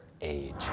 age